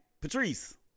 Patrice